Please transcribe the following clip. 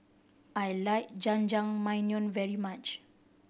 I like Jajangmyeon very much